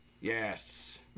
Yes